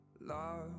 Love